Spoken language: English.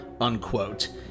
unquote